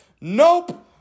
Nope